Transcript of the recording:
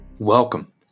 Welcome